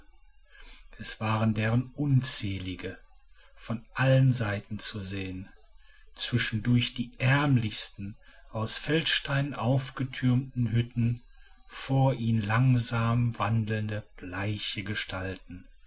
es waren deren unzählige von allen seiten zu sehen zwischendurch die ärmlichsten aus feldsteinen aufgetürmten hütten vor ihnen langsam wandelnde bleiche gestalten